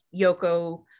Yoko